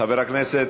חברת הכנסת